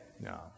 No